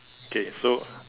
okay so